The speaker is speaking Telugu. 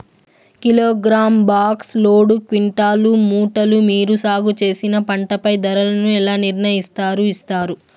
కిలోగ్రామ్, బాక్స్, లోడు, క్వింటాలు, మూటలు మీరు సాగు చేసిన పంటపై ధరలను ఎలా నిర్ణయిస్తారు యిస్తారు?